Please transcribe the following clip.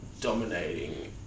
dominating